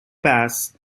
pass